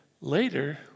later